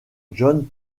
jon